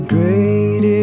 Great